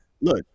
Look